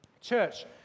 Church